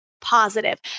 positive